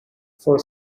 for